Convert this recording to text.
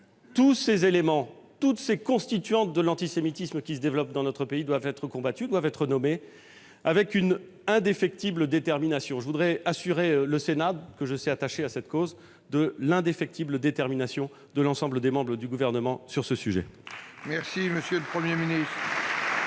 Tous ces éléments, toutes ces constituantes de l'antisémitisme qui se développent dans notre pays doivent être combattus et nommés, avec une indéfectible détermination. Je voudrais assurer le Sénat, que je sais attaché à cette cause, de l'indéfectible détermination de l'ensemble des membres du Gouvernement sur ce sujet. La parole est à M. Dominique de